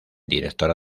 directora